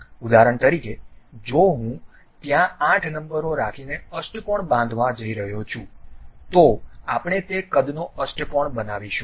ઉદાહરણ તરીકે જો હું ત્યાં 8 નંબરો રાખીને અષ્ટકોણ બાંધવા જઈ રહ્યો છું તો આપણે તે કદનો અષ્ટકોણ બનાવીશું